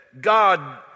God